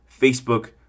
Facebook